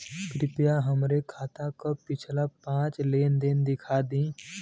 कृपया हमरे खाता क पिछला पांच लेन देन दिखा दी